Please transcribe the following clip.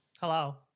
Hello